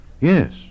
Yes